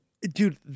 Dude